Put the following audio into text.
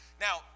Now